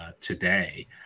today